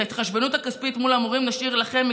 את ההתחשבנות הכספית מול המורים נשאיר לכם,